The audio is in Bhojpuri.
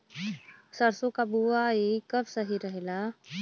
सरसों क बुवाई कब सही रहेला?